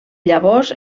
llavors